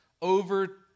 over